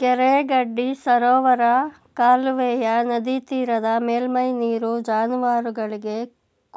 ಕೆರೆ ಗಡ್ಡಿ ಸರೋವರ ಕಾಲುವೆಯ ನದಿತೀರದ ಮೇಲ್ಮೈ ನೀರು ಜಾನುವಾರುಗಳಿಗೆ,